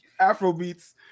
Afrobeats